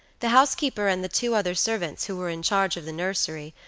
the housekeeper and the two other servants who were in charge of the nursery,